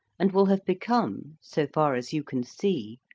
and will have become, so far as you can see,